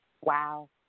Wow